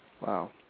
Wow